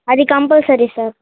అది compulsory sir